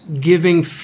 giving